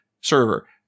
server